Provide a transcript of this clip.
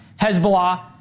Hezbollah